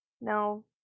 No